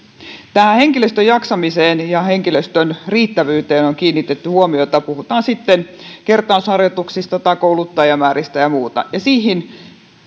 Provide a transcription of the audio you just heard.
tähän henkilöstön jaksamiseen ja henkilöstön riittävyyteen on kiinnitetty huomiota puhutaan sitten kertausharjoituksista tai kouluttajamääristä ja muusta siihen